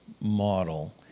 model